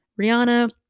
Rihanna